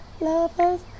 lovers